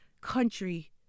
country